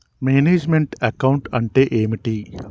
Manage meant account అంటే ఏమిటి?